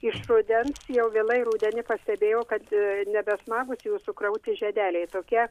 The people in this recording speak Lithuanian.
iš rudens jau vėlai rudenį pastebėjau kad nebesmagūs jų sukrauti žiedeliai tokie